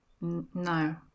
No